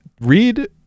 Read